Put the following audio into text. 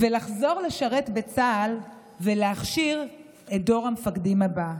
ולחזור לשרת בצה"ל ולהכשיר את דור המפקדים הבא.